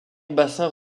bassins